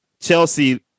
Chelsea